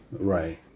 Right